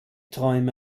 träume